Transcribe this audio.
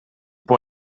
por